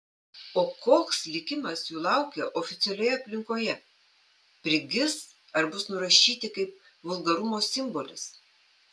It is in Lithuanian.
o koks likimas jų laukia oficialioje aplinkoje prigis ar bus nurašyti kaip vulgarumo simbolis